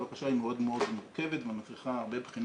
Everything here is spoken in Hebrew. הבקשה היא מאוד מאוד מורכבת ומצריכה הרבה בחינה